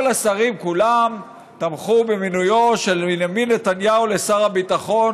כל השרים כולם תמכו במינויו של בנימין נתניהו לשר הביטחון,